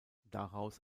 daraus